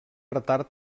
retard